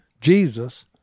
Jesus